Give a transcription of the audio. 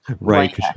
Right